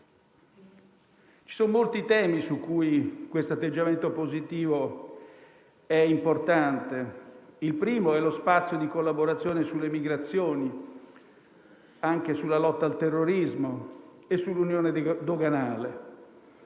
Ci sono molti temi su cui questo atteggiamento positivo è importante: il primo è lo spazio di collaborazione sulle migrazioni, sulla lotta al terrorismo e sull'unione doganale.